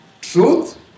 Truth